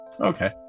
Okay